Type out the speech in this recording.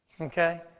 Okay